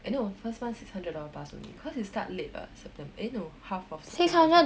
eh no first month six hundred dollar plus only cause you start late what septem~ eh no half of september